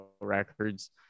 records